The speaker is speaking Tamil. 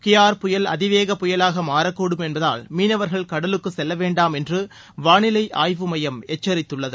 கியார் புயல் அதிவேக புயலாக மாறக்கூடும் என்பதால் மீனவர்கள் கடலுக்கு செல்லவேண்டாம் என்று வானிலை ஆய்வு மையம் எச்சரித்துள்ளது